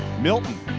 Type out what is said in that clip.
milton,